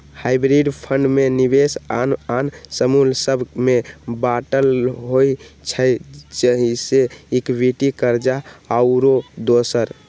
hybrid fund में निवेश आन आन समूह सभ में बाटल होइ छइ जइसे इक्विटी, कर्जा आउरो दोसर